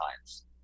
times